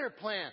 plan